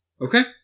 Okay